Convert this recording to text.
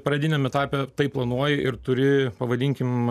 pradiniam etape tai planuoji ir turi pavadinkim